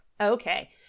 Okay